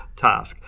task